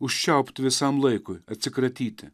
užčiaupti visam laikui atsikratyti